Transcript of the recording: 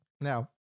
now